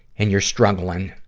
and you're struggling,